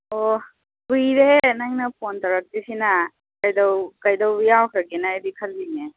ꯑꯣ ꯀꯨꯏꯔꯦꯍꯦ ꯅꯪꯅ ꯐꯣꯟ ꯇꯧꯔꯛꯇ꯭ꯔꯤꯁꯤꯅ ꯀꯩꯗꯧ ꯀꯩꯗꯧꯕ ꯌꯥꯎꯈ꯭ꯔꯒꯦꯅ ꯑꯩꯗꯤ ꯈꯜꯂꯤꯅꯦ